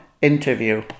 interview